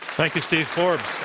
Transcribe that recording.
thank you, steve forbes.